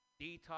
detox